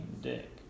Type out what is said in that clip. Dick